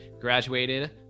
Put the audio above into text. graduated